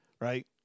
Right